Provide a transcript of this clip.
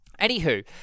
anywho